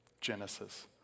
Genesis